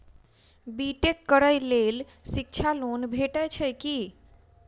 B tech करै लेल शिक्षा लोन भेटय छै की?